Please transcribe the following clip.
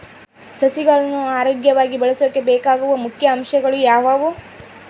ಸಸಿಗಳನ್ನು ಆರೋಗ್ಯವಾಗಿ ಬೆಳಸೊಕೆ ಬೇಕಾಗುವ ಮುಖ್ಯ ಅಂಶಗಳು ಯಾವವು?